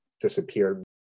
Disappeared